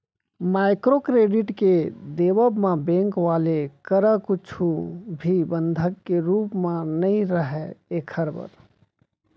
micro credit के देवब म बेंक वाले करा कुछु भी बंधक के रुप म नइ राहय ऐखर बर